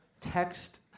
text